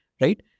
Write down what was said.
Right